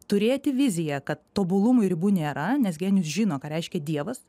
turėti viziją kad tobulumui ribų nėra nes genijus žino ką reiškia dievas